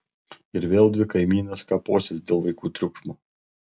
ir vėl dvi kaimynės kaposis dėl vaikų triukšmo